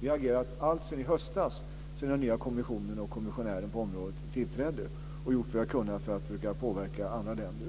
Vi har agerat alltsedan i höstas då den nya kommissionen och kommissionären på området tillträdde och gjort vad vi har kunnat för att söka påverka andra länder.